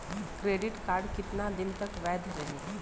Credit card कितना दिन तक वैध रही?